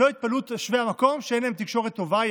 שלא יתפלאו תושבי המקום שאין להם תקשורת טובה,